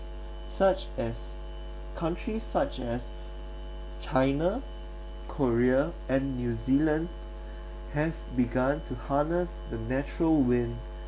such as countries such as china korea and new zealand have begun to harness the natural wind